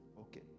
okay